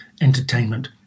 entertainment